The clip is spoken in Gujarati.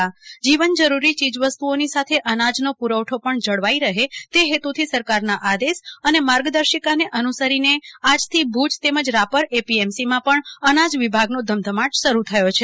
અન્ય જીવન જરૂરી ચીજવસ્તુઓની સાથે અનાજનો પુરવઠો પણ જળવાઈ રહે તે હેતુથી સરકારના આદેશ અને ગાઈડવાઈનને અનુસરીને આજથી ભુજ રાપર એપીએમસીમાં પણ અનાજ વિભાગનો ધમધમાટ શરૂ થયો છે